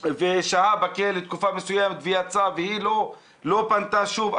ושהה בכלא תקופה מסוימת ויצא והיא לא פנתה שוב,